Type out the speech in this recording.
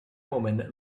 woman